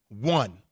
One